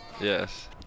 Yes